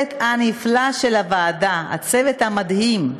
ולצוות הנפלא של הוועדה, הצוות המדהים.